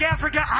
Africa